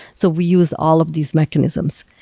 so we use all of these mechanisms.